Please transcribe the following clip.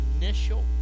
initial